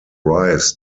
rise